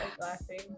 laughing